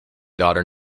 daughter